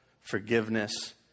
forgiveness